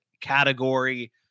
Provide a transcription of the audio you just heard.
category